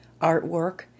artwork